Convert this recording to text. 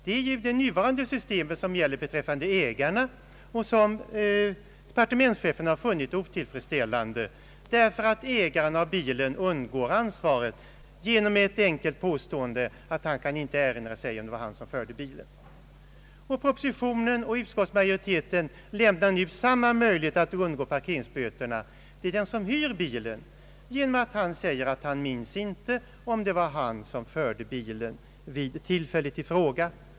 Det är nuvarande system som departementschefen har funnit otillfredsställande därför att ägaren av bilen undgår ansvar genom att helt enkelt påstå att han inte kan erinra sig om det var han som förde bilen. Propositionen och utskottsmajoritetens förslag lämnar nu samma möjlighet att undgå parkeringsböterna för den som hyr bilen genom att denne säger att han inte minns om det var han som förde bilen vid tillfället i fråga.